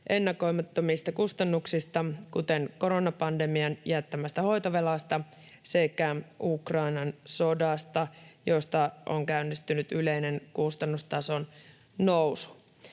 ennakoimattomista kustannuksista, kuten koronapandemian jättämästä hoitovelasta sekä Ukrainan sodasta, josta on käynnistynyt yleinen kustannustason nousu.